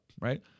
right